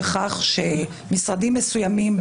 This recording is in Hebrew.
בכך שמשרדים מסוימים,